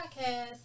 podcast